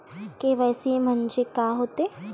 KYC म्हंनजे का होते?